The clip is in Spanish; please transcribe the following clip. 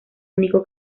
único